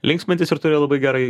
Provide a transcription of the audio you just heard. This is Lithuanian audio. linksmintis ir turėjo labai gerą